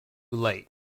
late